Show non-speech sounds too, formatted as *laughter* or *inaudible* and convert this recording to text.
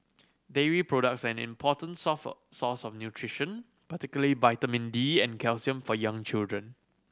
dairy products are an important *unintelligible* source of nutrition particularly vitamin D and calcium for young children